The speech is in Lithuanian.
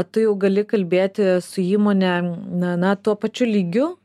tu jau gali kalbėti su įmone na na tuo pačiu lygiu